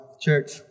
church